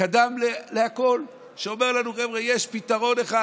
וקדם להכול שאומר לנו: חבר'ה, יש פתרון אחד.